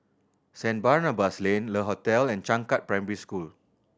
Saint Barnabas Lane Le Hotel and Changkat Primary School